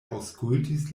aŭskultis